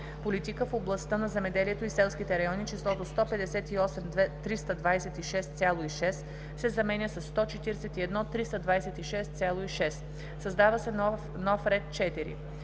Политика в областта на земеделието и селските райони числото „158 326,6“ се заменя със „141 326,6“; - създава се нов ред 4: